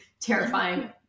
terrifying